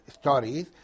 stories